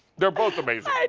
they are both amazing.